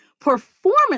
Performance